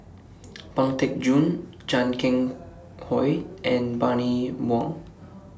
Pang Teck Joon Chan Keng Howe and Bani Buang